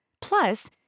Plus